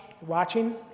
watching